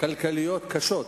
כלכליות קשות.